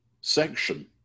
section